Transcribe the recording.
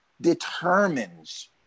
determines